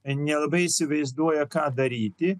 nelabai įsivaizduoja ką daryti